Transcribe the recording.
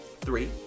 Three